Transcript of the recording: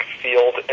field